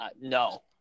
no